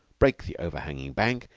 break the overhanging bank,